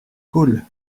cool